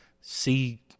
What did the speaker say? see